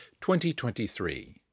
2023